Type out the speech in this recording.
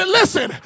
listen